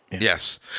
yes